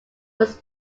was